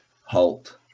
Halt